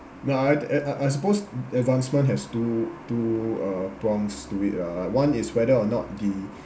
no uh I I I I supposed the advancement has two two uh prompts to it lah like one is whether or not the